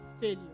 failure